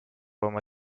oma